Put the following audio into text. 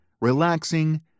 relaxing